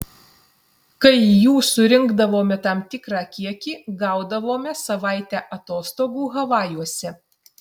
kai jų surinkdavome tam tikrą kiekį gaudavome savaitę atostogų havajuose